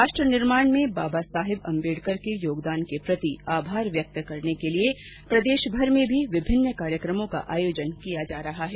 राष्ट्र निर्माण में बाबासाहेब आम्बेडकर के योगदान के प्रति आभार व्यक्त करने के लिए प्रदेश भर में भी विभिन्न कार्यक्रमों का आयोजन किया जा रहा है